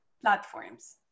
platforms